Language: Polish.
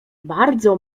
bardzo